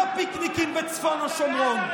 לא פיקניקים בצפון השומרון.